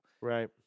Right